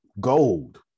gold